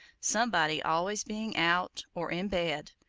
somebody always being out, or in bed,